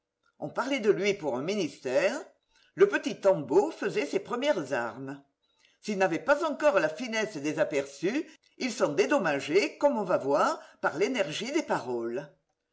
on parlait de lui pour un ministère le petit tanbeau faisait ses premières armes s'il n'avait pas encore la finesse des aperçus il s'en dédommageait comme on va voir par l'énergie des paroles